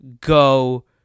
go